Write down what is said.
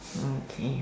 okay